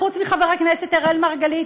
חוץ מחבר הכנסת אראל מרגלית,